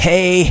Hey